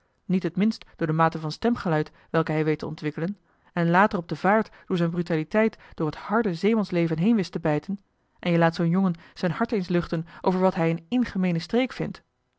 niet het minst door de mate van stemgeluid welke hij weet te ontwikkelen en later op de vaart door zijn brutaliteit door het harde zeemansleven heen wist te bijten en je laat zoo'n jongen zijn hart eens luchten over wat hij een in gemeene streek vindt